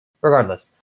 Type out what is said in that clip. Regardless